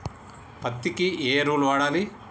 పత్తి కి ఏ ఎరువులు వాడాలి?